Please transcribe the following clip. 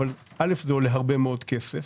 אבל ראשית זה עולה הרבה מאוד כסף,